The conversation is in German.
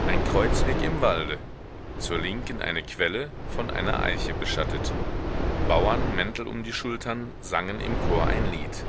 ein kreuzweg im walde zur linken eine quelle von einer eiche beschattet bauern mäntel um die schultern sangen im chor ein lied